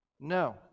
No